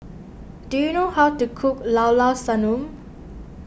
do you know how to cook Llao Llao Sanum